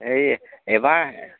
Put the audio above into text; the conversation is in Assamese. হেৰি এইবাৰ